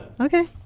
Okay